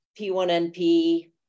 P1NP